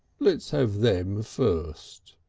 let's have them first.